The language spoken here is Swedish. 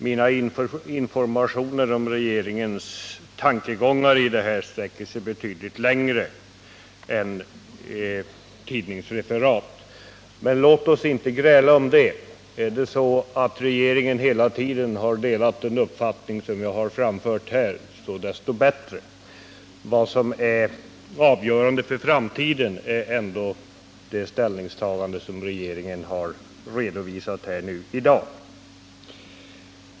Mina informationer om regeringens tankegångar i det här avseendet sträcker sig betydligt längre än till tidningsreferat. Men låt oss inte gräla om det. Är det så att regeringen hela tiden har delat den uppfattning som jag har framfört här, så desto bättre. Avgörande för framtiden är ändå det ställningstagande som regeringen har redovisat i dag.